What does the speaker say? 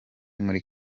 muri